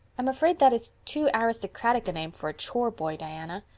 i'm afraid that is too aristocratic a name for a chore boy, diana.